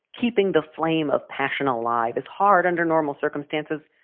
keeping the flame of passion alive is hard under normal circumstances,